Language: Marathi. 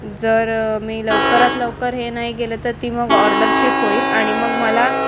जर मी लवकरात लवकर हे नाही केलं तर ती मग ऑर्डर शिप होईल आणि मग मला